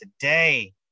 today